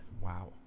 Wow